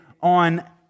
on